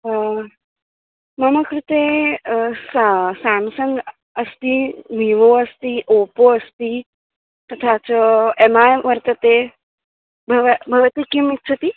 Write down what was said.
ओ मम कृते सा सेम्सङ्ग् अस्ति विवो अस्ति ओपो अस्ति तथा च एम् ऐ वर्तते भवती भवती किम् इच्छति